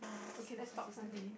okay let's talk something